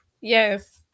Yes